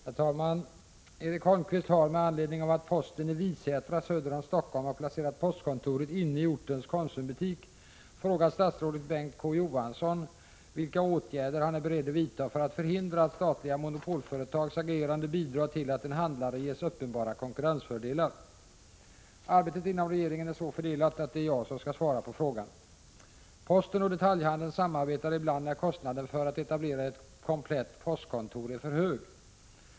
Herr talman! Erik Holmkvist har — med anledning av att posten i Visätra söder om Stockholm har placerat postkontoret inne i ortens konsumbutik — frågat statsrådet Bengt K. Å. Johansson vilka åtgärder han är beredd att vidta för att förhindra att statliga monopolföretags agerande bidrar till att en handlare ges uppenbara konkurrensfördelar. Arbetet inom regeringen är så fördelat att det är jag som skall svara på frågan. Posten och detaljhandeln samarbetar ibland när kostnaden för att etablera ett komplett postkontor är för hög.